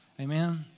Amen